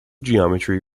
geometry